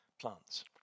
plants